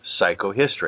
psychohistory